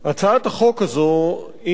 הצעת החוק הזאת היא,